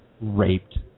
raped